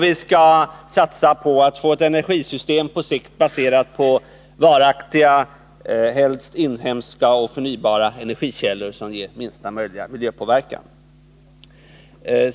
Vi skall satsa på att på sikt få ett energisystem, baserat på förnybara och helst inhemska energikällor, som ger minsta möjliga miljöpåverkan.